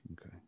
Okay